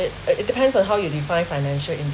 it it depends on how you define financial